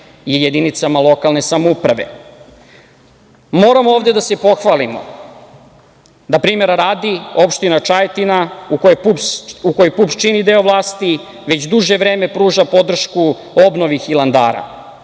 i jedinicama lokalne samouprave. Moramo ovde da se pohvalimo, primera radi opština Čajetina u kojoj PUPS čini deo vlasti već duže vreme pruža podršku obnovi Hilandara,